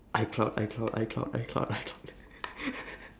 icloud icloud icloud icloud icloud icloud